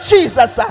Jesus